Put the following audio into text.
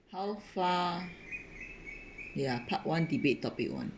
how far ya part one debate topic one